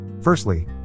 Firstly